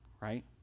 right